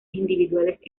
individuales